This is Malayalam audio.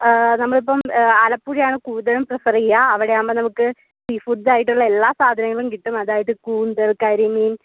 നമ്മളിപ്പം ആലപ്പുഴയാണ് കൂടുതലും പ്രീഫറെയ്യുക അവിടെയാകുമ്പം നമുക്ക് സീ ഫുട്സായിട്ടുള്ള എല്ലാ സാധനങ്ങളും കിട്ടും അതായത് കൂന്തൾ കരിമീൻ